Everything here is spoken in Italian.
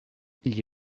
gli